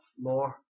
more